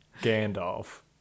Gandalf